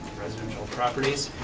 residential properties.